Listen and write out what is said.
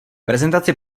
prezentaci